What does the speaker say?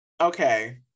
okay